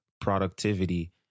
productivity